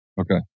Okay